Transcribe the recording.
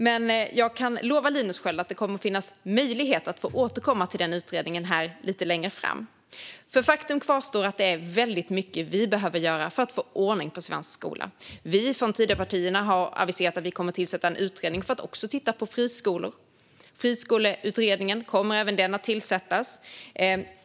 Men jag kan lova Linus Sköld att det kommer att finnas möjlighet att återkomma till denna utredning lite längre fram. Faktum kvarstår: Det är väldigt mycket som vi behöver göra för att få ordning på svensk skola. Vi från Tidöpartierna har aviserat att vi kommer att tillsätta en utredning för att också titta på friskolor. En friskoleutredning kommer också att tillsättas.